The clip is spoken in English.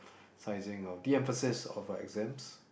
sizing or de-emphasis of uh exams